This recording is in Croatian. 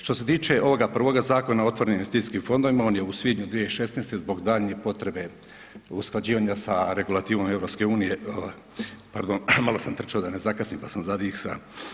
Što se tiče ovoga prvoga Zakona o otvorenim investicijskim fondovima, on je u svibnju 2016. zbog daljnje potrebe usklađivanja sa regulativom EU-u, pardon, malo sam trčao da ne zakasnim pa sam zadisan.